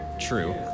True